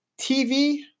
TV